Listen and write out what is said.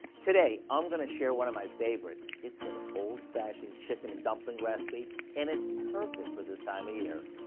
today, i'm gonna share one of my favorites. it's an old-fashioned chicken and dumplings recipe and it's perfect for this time of year.